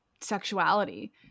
sexuality